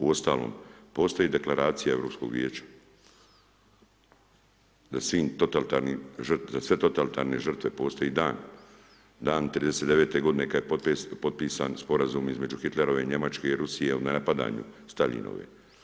Uostalom, postoji Deklaracija Europskog vijeća, za sve totalitarne žrtve postoji dan, dan 39.-te godine kada je potpisan sporazum između Hitlerove Njemačke i Rusije o nenapadanju Staljinove.